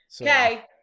Okay